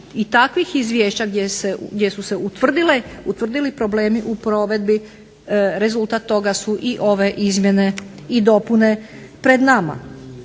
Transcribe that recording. i takvih izvješća gdje su se utvrdili problemi u provedbi rezultat toga su i ove izmjene i dopune pred nama.